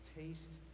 taste